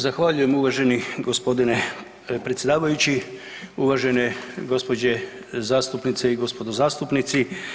Zahvaljujem uvaženi gospodine predsjedavajući, uvažene gospođe zastupnice i gospodo zastupnici.